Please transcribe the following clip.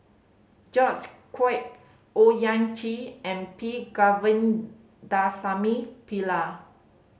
George Quek Owyang Chi and P Govindasamy Pillai